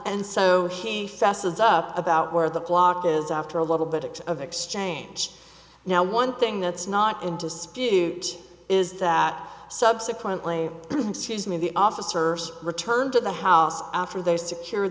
and so he fesses up about where the clock is after a little bit of exchange now one thing that's not in dispute is that subsequently excuse me the officer returned to the house after they secure